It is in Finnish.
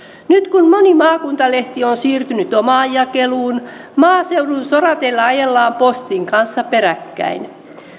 nyt kun moni maakuntalehti on siirtynyt omaan jakeluun maaseudun sorateillä ajellaan postin kanssa peräkkäin